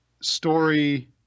story